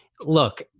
look